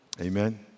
Amen